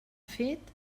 fet